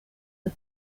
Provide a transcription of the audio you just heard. the